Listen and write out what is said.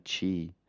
Chi